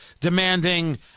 demanding